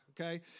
okay